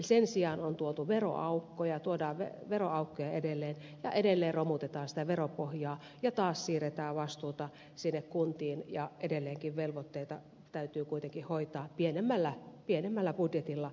sen sijaan on tuotu veroaukkoja tuodaan veroaukkoja edelleen edelleen romutetaan sitä veropohjaa ja taas siirretään vastuuta sinne kuntiin ja edelleenkin velvoitteita täytyy kuitenkin hoitaa pienemmällä budjetilla